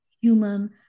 human